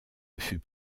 fut